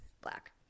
black